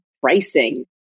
pricing